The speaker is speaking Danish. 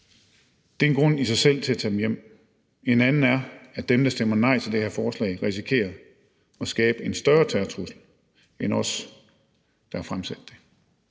Det er en grund i sig selv til at tage dem hjem; en anden er, at dem, der stemmer nej til det her forslag, risikerer at skabe en større terrortrussel end os, der har fremsat det.